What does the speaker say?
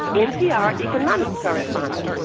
npr economics correspondent.